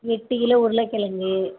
எட்டுக்கிலோ உருளைக்கெழங்கு